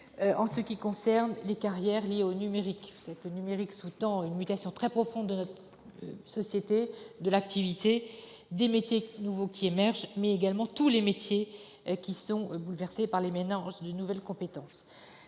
en ce qui concerne les carrières liées au numérique. Le numérique sous-tend une mutation très profonde de notre société et de l'activité. Plus généralement, ce sont tous les métiers qui sont bouleversés par l'émergence de nouvelles compétences.